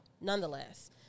nonetheless